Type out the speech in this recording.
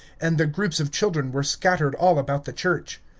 and the groups of children were scattered all about the church.